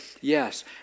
yes